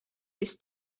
this